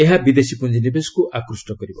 ଏହା ବିଦେଶୀ ପୁଞ୍ଜ ନିବେଶକୁ ଆକୃଷ୍ଟ କରିବ